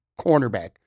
cornerback